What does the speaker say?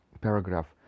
paragraph